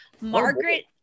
Margaret